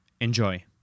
Enjoy